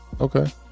Okay